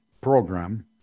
program